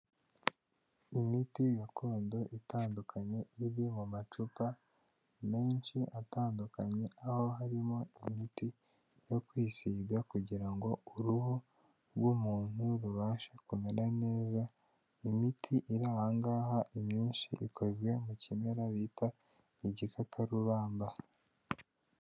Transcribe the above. Imiti gakondo itandukanye iri mu macupa menshi atandukanye, aho harimo imiti yo kwisiga kugira ngo uruhu rw'umuntu rubashe kumera neza. Imiti iri aha ngaha imyinshi ikozwe mu kimera bita igikakarubamba.